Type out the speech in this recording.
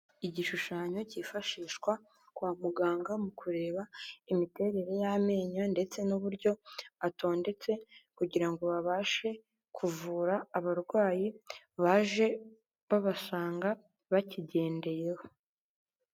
Igishushanyo cyifashishwa kwa muganga mu kureba imiterere y'amenyo ndetse n'uburyo atondetse kugira ngo babashe kuvura abarwayi baje babasanga, bakigendeyeho.